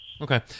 Okay